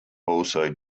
also